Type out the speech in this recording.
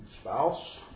spouse